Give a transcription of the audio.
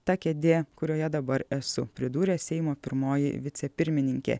ta kėdė kurioje dabar esu pridūrė seimo pirmoji vicepirmininkė